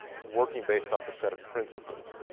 working based off a set of principles.